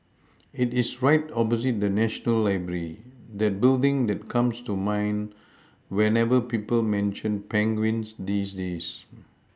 it is right opposite the national library that building that comes to mind whenever people mention penguins these days